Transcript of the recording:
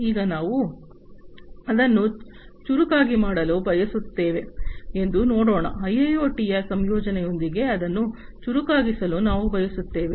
ಈಗ ನಾವು ಅದನ್ನು ಚುರುಕಾಗಿ ಮಾಡಲು ಬಯಸುತ್ತೇವೆ ಎಂದು ನೋಡೋಣ ಐಐಒಟಿಯ ಸಂಯೋಜನೆಯೊಂದಿಗೆ ಅದನ್ನು ಚುರುಕಾಗಿಸಲು ನಾವು ಬಯಸುತ್ತೇವೆ